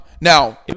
Now